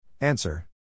Answer